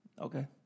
Okay